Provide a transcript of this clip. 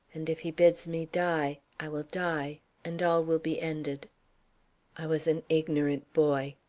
and if he bids me die, i will die and all will be ended i was an ignorant boy.